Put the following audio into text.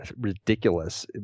ridiculous